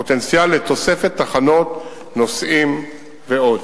פוטנציאל לתוספת תחנות נוסעים ועוד.